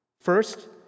First